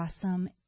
awesome